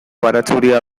baratxuria